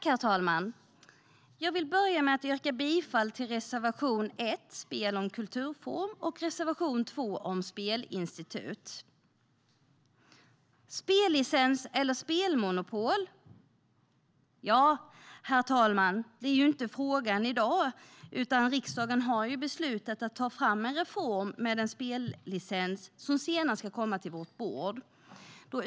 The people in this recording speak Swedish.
Herr talman! Jag vill börja med att yrka bifall till reservation 1, Spel som kulturform , och reservation 2, Spelinstitut . Spellicens eller spelmonopol? Ja, herr talman, det är inte det som är frågan i dag, utan riksdagen har beslutat att ta fram en reform med spellicens som senare ska komma till vårt bord.